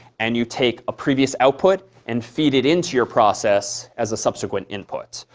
and you take a previous output, and feed it into your process as a subsequent input.